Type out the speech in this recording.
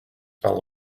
smell